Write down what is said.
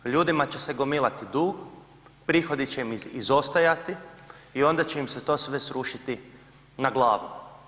Ljudima će se gomilati dug, prihodi će im izostajati i onda će im se to sve srušiti na glavu.